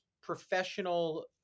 professional